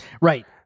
Right